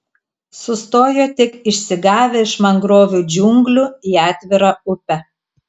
sustojo tik išsigavę iš mangrovių džiunglių į atvirą upę